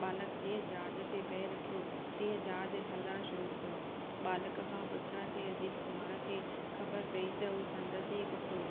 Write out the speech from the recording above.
बालक जीअं जहाज ते पैर रखियो तीअं जहाज हलण शुरू कयो बालक खां पुछण ते अजीत कुमार खे ख़बर पई त हूह संदसि ई पुटु हो